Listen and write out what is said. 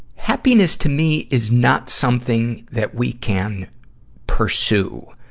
happiness, to me, is not something that we can pursue.